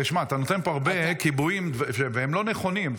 תשמע, אתה נותן פה הרבה קיבועים, והם לא נכונים.